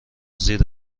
زیر